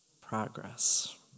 progress